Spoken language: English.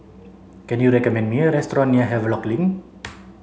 can you recommend me a restaurant near Havelock Link